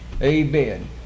Amen